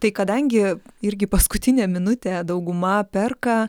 tai kadangi irgi paskutinę minutę dauguma perka